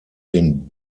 den